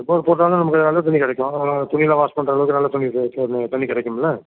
எப்போ போட்டாலும் நல்ல தண்ணி கிடைக்கும் ந துணியெலாம் வாஷ் பண்ணுறளவுக்கு நல்ல துணி தண்ணி கிடைக்கும்ல